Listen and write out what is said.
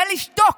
ולשתוק.